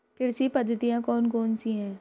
कृषि पद्धतियाँ कौन कौन सी हैं?